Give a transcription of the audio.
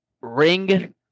ring